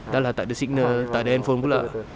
sudah lah tak ada signal tak ada handphone pula